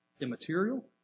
immaterial